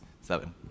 seven